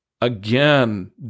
Again